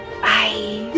Bye